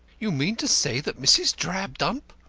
you mean to say that mrs. drabdump!